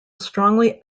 strongly